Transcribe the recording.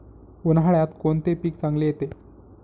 उन्हाळ्यात कोणते पीक चांगले येते?